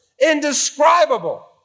Indescribable